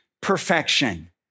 perfection